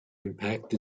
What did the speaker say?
impact